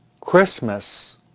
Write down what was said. Christmas